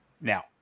Now